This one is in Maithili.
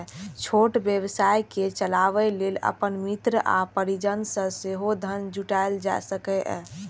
छोट व्यवसाय कें चलाबै लेल अपन मित्र आ परिजन सं सेहो धन जुटायल जा सकैए